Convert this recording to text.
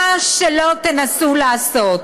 מה שלא תנסו לעשות